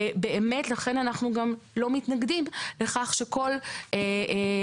ולכן אנחנו באמת גם לא מתנגדים לכך שכל סטייה